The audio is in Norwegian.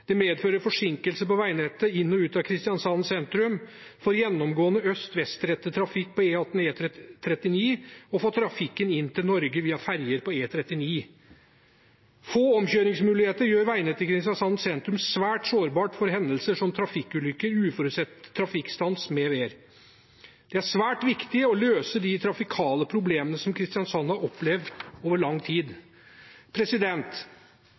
Det medfører forsinkelser på veinettet inn og ut av Kristiansand sentrum, for gjennomgående øst-vest-rettet trafikk på E18/E39 og for trafikken inn til Norge via ferger på E39. Få omkjøringsmuligheter gjør veinettet i Kristiansand sentrum svært sårbart for hendelser som trafikkulykker, uforutsett trafikkstans mv. Det er svært viktig å løse de trafikale problemene som Kristiansand har opplevd over lang tid.